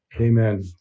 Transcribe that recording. Amen